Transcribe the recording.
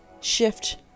shift